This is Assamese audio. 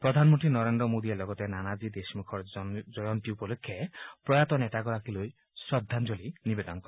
প্ৰধানমন্ত্ৰী নৰেন্দ্ৰ মোডীয়ে লগতে নানাজী দেশমুখৰ জয়ন্তী উপলক্ষে প্ৰয়াত নেতাগৰাকীলৈ শ্ৰদ্ধাঞ্জলি নিবেদন কৰে